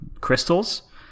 crystals